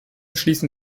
schließen